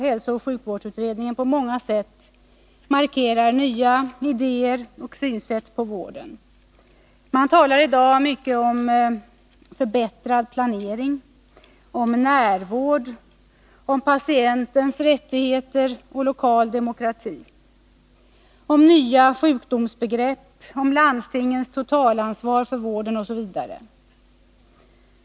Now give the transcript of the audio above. Hälsooch sjukvårdsutredningen innebär på många sätt nya idéer och synsätt när det gäller vården. Man talar i dag mycket om förbättrad planering, om ”närvård”, om patientens rättigheter och lokal demokrati, om nya sjukdomsbegrepp, om landstingens totalansvar för vården osv.